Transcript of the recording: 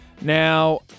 Now